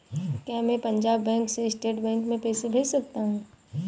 क्या मैं पंजाब बैंक से स्टेट बैंक में पैसे भेज सकता हूँ?